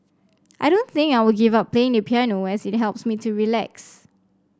I don't think I will give up playing the piano as it helps me to relax